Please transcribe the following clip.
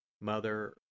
Mother